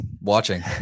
watching